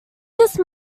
just